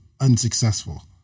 unsuccessful